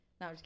No